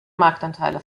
marktanteile